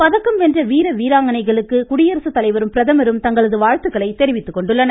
பதக்கம் வென்ற வீர வீராங்கனைகளுக்கு குடியரசுத்தலைவரும் பிரதமரும் தங்களது வாழ்த்துக்களை தெரிவித்துக்கொண்டுள்ளனர்